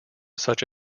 such